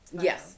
Yes